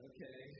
Okay